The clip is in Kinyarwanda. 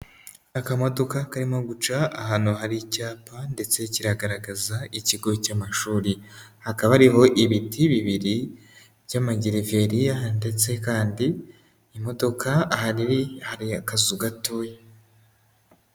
Akamodoka karimo guca ahantu hari icyapa ndetse kiragaragaza ikigo cy'amashuri, hakaba hariho ibiti bibiri by'amagereveriya ndetse kandi imodoka ahantu iri hari akazu gatoya.